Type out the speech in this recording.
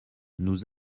nous